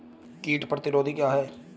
कीट प्रतिरोधी क्या है?